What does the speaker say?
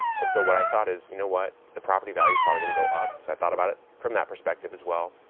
and so what i thought is, you know what? the property value is probably going to go up. so i thought about it from that perspective as well.